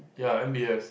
ya M_b_S